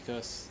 cause